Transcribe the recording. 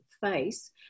face